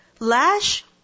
Lash